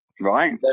right